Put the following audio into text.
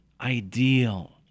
ideal